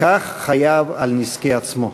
כך חייב על נזקי עצמו".